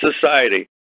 society